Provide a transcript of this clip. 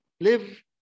live